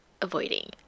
avoiding